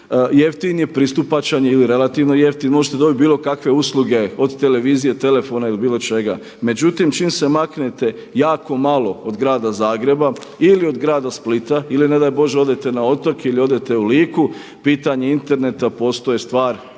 jeftin je, pristupačan ili relativno jeftin. Možete dobiti bilo kakve usluge od televizije, telefona ili bilo čega. Međutim, čim se maknete jako malo od grada Zagreba ili od grada Splita ili ne daj Bože odete na otoke ili odete u Liku, pitanje interneta postaje stvar